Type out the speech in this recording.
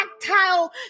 tactile